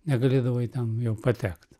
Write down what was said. negalėdavai ten jau patekt